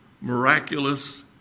Miraculous